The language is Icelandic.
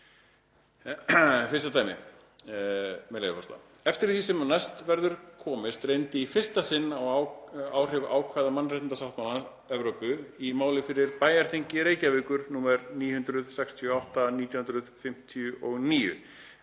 Fyrsta dæmið, með leyfi forseta: „Eftir því sem næst verður komist reyndi í fyrsta sinn á áhrif ákvæða mannréttindasáttmála Evrópu í máli fyrir bæjarþingi Reykjavíkur nr. 968/1959,